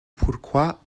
pourquoi